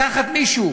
לקחת מישהו